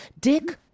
dick